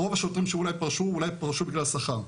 רוב השוטרים שאולי פרשו אולי פרשו בגלל שכר.